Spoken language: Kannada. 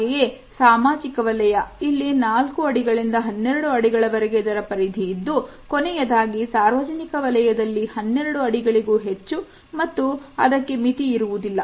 ಹಾಗೆಯೇ ಸಾಮಾಜಿಕ ವಲಯ ಇಲ್ಲಿ 4 ಅಡಿ ಗಳಿಂದ 12 ಅಡಿಗಳವರೆಗೆ ಇದರ ಪರಿಧಿ ಇದ್ದು ಕೊನೆಯದಾಗಿ ಸಾರ್ವಜನಿಕ ವಲಯದಲ್ಲಿ 12 ಅಡಿಗಳಿಗೂ ಹೆಚ್ಚು ಮತ್ತು ಅದಕ್ಕೆ ಮಿತಿ ಇರುವುದಿಲ್ಲ